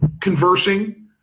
conversing